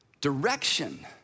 direction